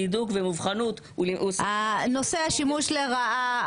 צידוק ומובחנות וכלליות הנורמה.